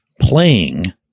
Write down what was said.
playing